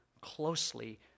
closely